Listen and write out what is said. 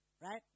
right